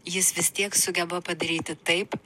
jis vis tiek sugeba padaryti taip